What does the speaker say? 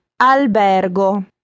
albergo